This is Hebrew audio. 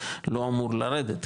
לא אמור לרדת,